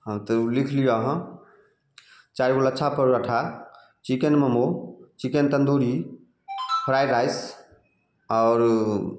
हँ तैयो लिख लिअ अहाँ चारिगो lachha paratha chicken momo chicken tandoori fried rice आओर